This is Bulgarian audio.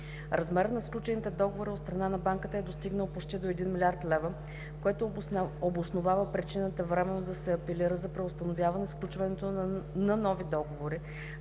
Размерът на сключените договори от страна на банката е достигнал почти до 1 милиард лева, което обосновава причината временно да се апелира за преустановяване сключването на нови договори,